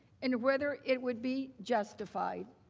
and whether it would be justified?